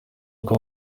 uko